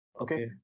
Okay